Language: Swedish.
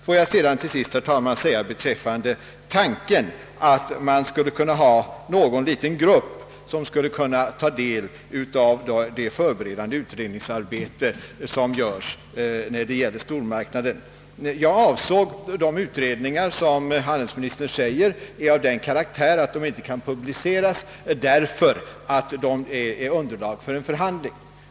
Låt mig till sist säga några ord om tanken att man skulle kunna ha någon liten grupp som kunde följa det förberedande utredningsarbetet rörande stormarknaden. Jag avsåg utredningar av det slaget som handelsministern förklarar ha sådan karaktär att de inte kan publiceras därför att de är underlag för en förhandling.